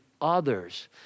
others